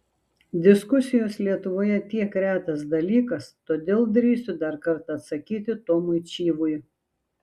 diskusijos lietuvoje tiek retas dalykas todėl drįsiu dar kartą atsakyti tomui čyvui